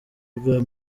ubwa